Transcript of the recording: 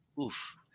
Oof